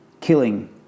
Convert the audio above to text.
killing